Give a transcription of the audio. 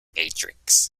matrix